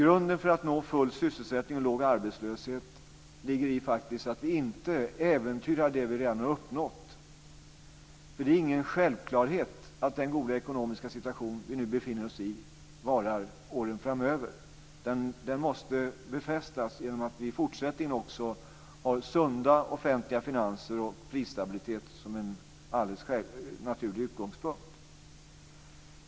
Grunden för att nå full sysselsättning och låg arbetslöshet ligger i att vi inte äventyrar det som vi redan har uppnått. Det är nämligen ingen självklarhet att den goda ekonomiska situation som vi nu befinner oss i varar under åren framöver. Den måste befästas genom att vi i fortsättningen också har sunda offentliga finanser och prisstabilitet som en alldeles naturlig utgångspunkt.